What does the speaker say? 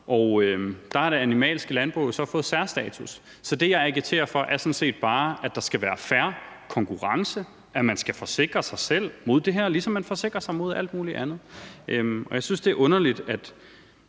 Der har det animalske landbrug jo så fået særstatus. Så det, jeg kvitterer for, er sådan set bare, at der skal være fair konkurrence, at man skal forsikre sig selv mod det her, ligesom man forsikrer sig mod alt mulig andet. Jeg synes, det er underligt, er